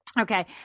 Okay